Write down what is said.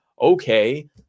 Okay